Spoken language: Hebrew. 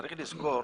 צריך לזכור,